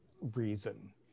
reason